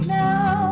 now